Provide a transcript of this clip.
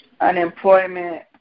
unemployment